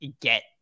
get